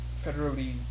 federally